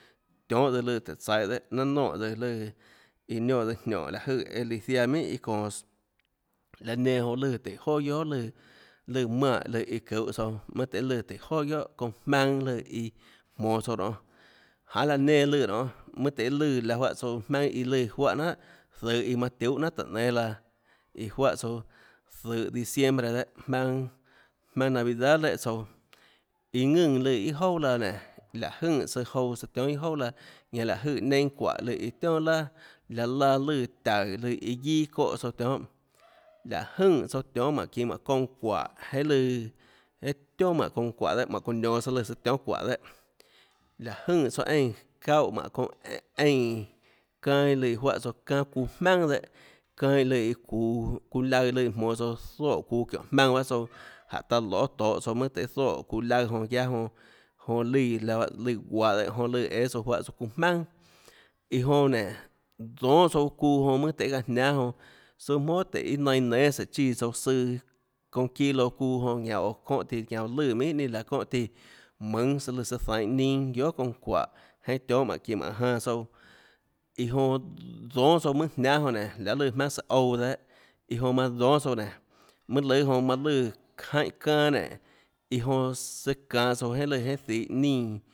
Tionhâ tsøã lùã tùhå tsaihå dehâ nanâ nonè tsøã lùã iã niónã tsøã niónhå láhå jøè eã líã ziaã minhâ iâ çonås laã nenã jonã lù tùhå joà guiohà lùã lùã manè lùã iã çuhå tsouã mønâ tøhê lùã tùhå joà guiohà çounã jmaønâ lùã iã jmonå tsouã nonê janê laã nenã lùã nonê mønâ tøhê lùã laã juáhã tsouã jmaønâ iã lùã juáhã jnanhà zøhå iã manã tiuhâ tùhå nénâ laã iã juáhã tsouã zøhå diciembre dehâ jmaønâ jmaønâ navidad léhã tsouã iã ðùnã lùã iâ jouà laã nénå láå jønè søã jouã søã tionhâ iâ jouà laã ñanã láhå jønè neinâ çuáhå lùã iã tionà laà laå laã lùã taùå lùã iã guiâ çóhã tsouã tionhâ láhå jønè tsouã tionhâmánhå çinå mánhå çounã çuáhå jeinhâ lùã eâ tionà mánhå çounã çuáhå dehâ mánhå çounã nionå tsøã lùã søã tionhâ çuáhå dehâ láå jønè tsouã eínã çaúhã mánhå eínã çanâ iã lùã juáhã tsouã çanâ çuuã jmaønà dehâ çanâ iã lùã iã çuuå çuuã laøã lùã jmonå tsouã zoè çuuã çiónhå jmaønã bahâ tsouã jánhå taã loê tohå tsouã mønã tøhê zoè çuuã laøã jonã guiaâ jonã jonã lùã láhã lùã guahå dehâ jonã lùã õâ tsouã juáhã tsøã çuuã jmaønà iã jonã nénå dónâ tsouã çuuã jonã mønâ tøhê çaã jniáâ jonã suâ jmónà tùhå iâ nainã nénâ sùhå chíã tsouã søã çounã çilo çuuã jonã ñanã oå çónhã tiã lùã ñanã oå lùã minhà laã çónã tíã mùnâ søã søã lùnã søã zainhå ninâ guiohà çounã çuáhå jeinhâ tionhâ mánhå çinå mánhå janã tsouã iã jonã dónâ tsouã mønâ jniánâ jonã nénå lahê lùã jmaønâ sùhå ouã dehâ iã jonã manã dónâ tsouã nénå mønâ lùâ jonã lùã jaínhã çanâ nénå iã jonã søã çanå tsouã jeinhâ lùã jeinhâ zihå nínã